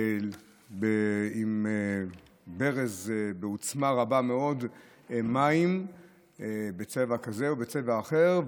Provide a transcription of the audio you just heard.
עם ברז בעוצמה רבה מאוד מים בצבע כזה או בצבע אחר,